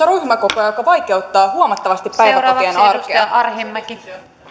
ryhmäkokoja mikä vaikeuttaa huomattavasti päiväkotien arkea